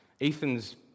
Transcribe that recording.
Ethan's